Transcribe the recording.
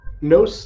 no